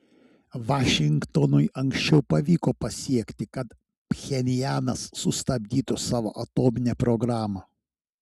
vašingtonui anksčiau pavyko pasiekti kad pchenjanas sustabdytų savo atominę programą